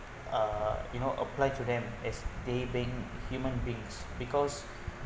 uh you know apply to them as they being human beings because